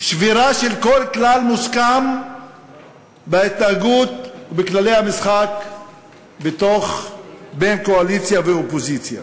שבירה של כל כלל מוסכם בהתנהגות ובכללי המשחק בין קואליציה לאופוזיציה.